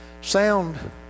sound